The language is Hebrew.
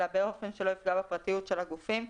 אלא באופן שלא יפגע בפרטיות שלה גופים,